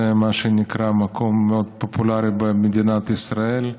זה מה שנקרא מקום מאוד פופולרי במדינת ישראל.